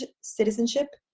citizenship